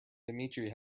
dmitry